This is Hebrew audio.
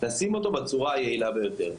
בצורה היעילה ביותר.